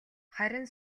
харин